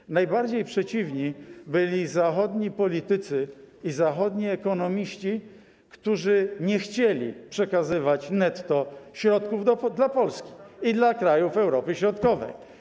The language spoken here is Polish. Otóż najbardziej przeciwni byli zachodni politycy i zachodni ekonomiści, którzy nie chcieli przekazywać środków netto dla Polski, dla krajów Europy Środkowej.